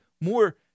more